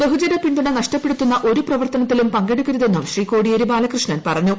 ബഹുജന പിന്തുണ നഷ്ടപ്പെടുത്തുന്ന ഒരു പ്രവർത്തനത്തിലും പങ്കെടുക്കരുതെന്നും ശ്രീ കോടിയേരി ബാലകൃഷ്ണൻ പറഞ്ഞു